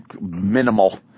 minimal